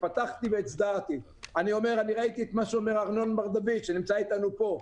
שמעתי את מה שאומר ארנון בן דוד שנמצא איתנו פה.